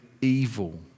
evil